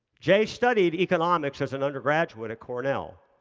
jay studied economics as an undergraduate at cornell.